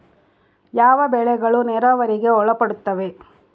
ಯಾವ ಬೆಳೆಗಳು ನೇರಾವರಿಗೆ ಒಳಪಡುತ್ತವೆ?